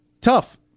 tough